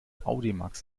audimax